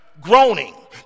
groaning